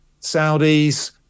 Saudis